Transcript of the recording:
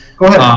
go ahead? um